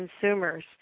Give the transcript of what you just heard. consumers